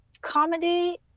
comedy